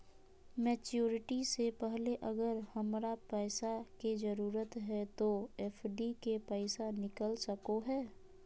Maturity से पहले अगर हमरा पैसा के जरूरत है तो एफडी के पैसा निकल सको है?